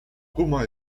guma